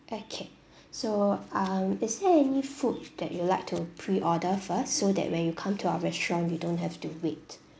okay so um is there any food that you'd like to preorder first so that when you come to our restaurant you don't have to wait